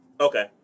Okay